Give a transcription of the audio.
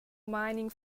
mining